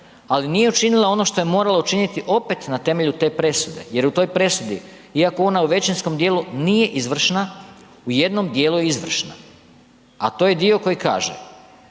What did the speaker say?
ali nije učinila ono što je morala učiniti opet na temelju te presude jer u toj presudi iako ona u većinskom dijelu nije izvršna u jednom dijelu je izvršna, a to je dio koji kaže,